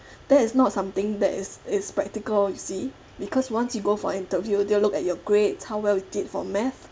that is not something that is is practical you see because once you go for interview they will look at your grades how well you did for math